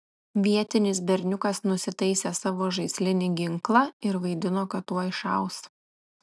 vietinis berniukas nusitaisė savo žaislinį ginklą ir vaidino kad tuoj šaus